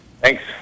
Thanks